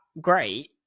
great